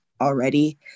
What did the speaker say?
already